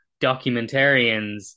documentarians